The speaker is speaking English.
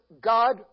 God